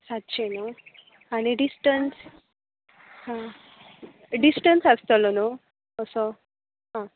सातशें न्हू आनी डिस्टन्स हं डिस्टन्स आसतलो न्हू तसो आं